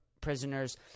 prisoners